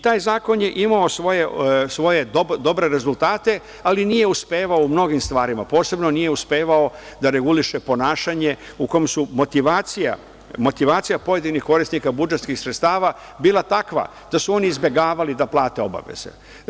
Taj zakon je imao svoje dobre rezultate, ali nije uspevao u mnogim stvarima, posebno nije uspevao da reguliše ponašanje u kome je motivacija pojedinih korisnika budžetskih sredstava bila takva da su oni izbegavali da plate obaveze.